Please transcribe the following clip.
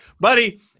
buddy